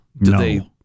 No